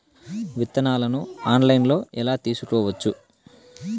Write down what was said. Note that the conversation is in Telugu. విత్తనాలను ఆన్లైన్లో ఎలా తీసుకోవచ్చు